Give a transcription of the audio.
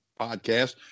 podcast